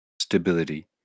stability